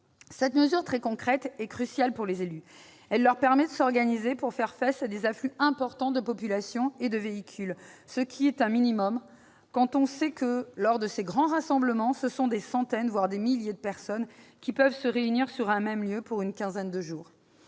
Cette mesure très concrète est cruciale pour les élus. Elle leur permet de s'organiser pour faire face à des afflux importants de population et de véhicules, ce qui est le minimum quand on sait que, lors de ces grands rassemblements, ce sont des centaines de personnes, voire des milliers, qui peuvent se réunir sur un même lieu pour une quinzaine de jours.